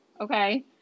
Okay